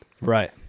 Right